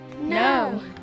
No